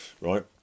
right